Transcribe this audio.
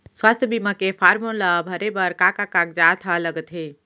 स्वास्थ्य बीमा के फॉर्म ल भरे बर का का कागजात ह लगथे?